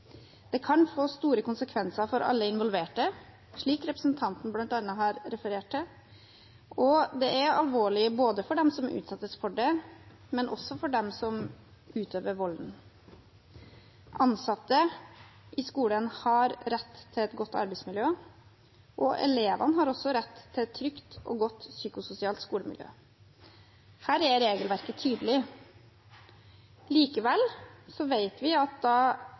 Det kan få store konsekvenser for alle involverte, slik representanten har referert til, og det er alvorlig for både dem som utsettes for det, og dem som utøver volden. Ansatte i skolen har rett til et godt arbeidsmiljø, og elevene har rett til et trygt og godt psykososialt skolemiljø. Her er regelverket tydelig. Likevel vet vi at